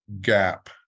gap